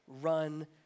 run